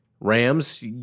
Rams